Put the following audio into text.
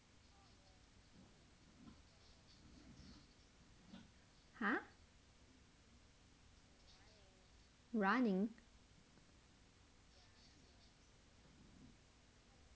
!huh! running